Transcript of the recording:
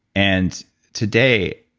and today,